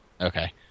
Okay